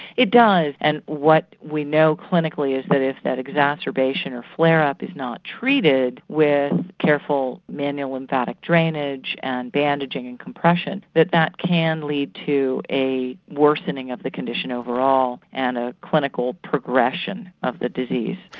it does. and what we know clinically is that if that exacerbation of flare-up is not treated with careful manual lymphatic drainage and bandaging and compression, that that can lead to a worsening of the condition overall, and a clinical progression of the disease.